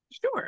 Sure